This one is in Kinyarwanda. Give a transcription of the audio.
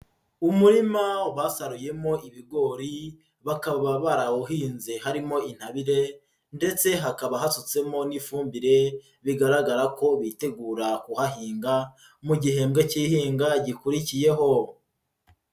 Umurima basaruyemo ibigori, bakaba barawuhinze harimo intabire ndetse hakaba hasutsemo n'ifumbire, bigaragara ko bitegura kuhahinga, mu gihembwe cy'ihinga gikurikiyeho.